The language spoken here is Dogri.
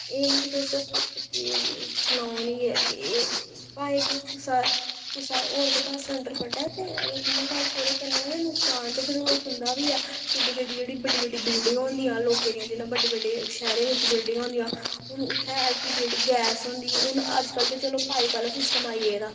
एह् निं के तुस कि ओह् सनाओ नेईं कि भांए कि कुसै कुसै होर दे घर सलैंडर फटे ते अगर तुं'दा घर ओह्दे कन्नै ऐ ते नुक्सान ते फिर ओह् तुं'दा बी ऐ केड्डी केड्डी जेह्ड़ी बड्डी बड्डी बिलडिंगां होंदियां लोकें दियां जि'यां बड्डे बड्डे शैहरै बिच्च बिलडिंगां होंदियां हून उत्थै ऐल्ल पी जी जेह्ड़ी गैस होंदी हून अजकल्ल ते चलो पाइप आह्ला सिस्टम आई गेदा